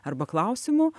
arba klausimu